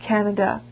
Canada